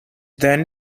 then